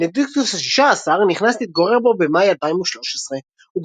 בנדיקטוס השישה עשר נכנס להתגורר בו במאי 2013. הוא